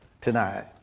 Tonight